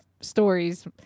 stories